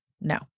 No